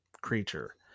creature